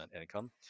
income